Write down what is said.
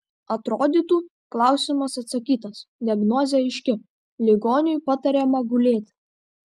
atrodytų klausimas atsakytas diagnozė aiški ligoniui patariama gulėti